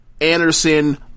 Anderson